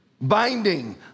binding